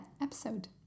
episode